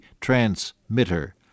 transmitter